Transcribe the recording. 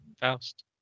Faust